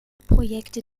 projekte